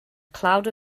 cloud